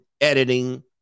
editing